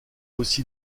aussi